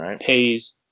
pays